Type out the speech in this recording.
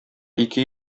ике